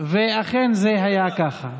ואכן זה היה כך.